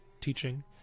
teaching